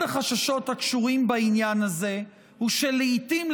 אחד החששות הקשורים בעניין הזה הוא שלעיתים,